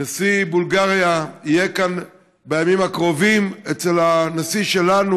נשיא בולגריה יהיה כאן בימים הקרובים אצל הנשיא שלנו.